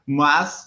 mas